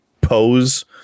pose